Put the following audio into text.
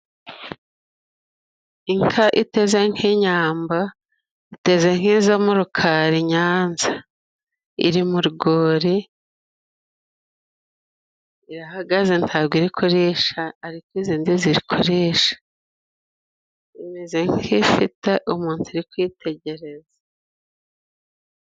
Inka iteze nk'inyambo, iteze nk'izo mu Rurukari i Nyanza. Iri mu rwuri, irahagaze ntabwo iri kurisha ariko izindi ziri kurisha, imeze nk'ifite umuntu iri kwitegereza.